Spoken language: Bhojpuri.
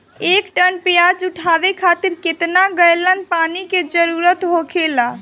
एक टन प्याज उठावे खातिर केतना गैलन पानी के जरूरत होखेला?